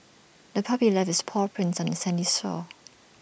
the puppy left its paw prints on the sandy shore